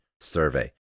survey